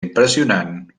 impressionant